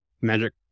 magic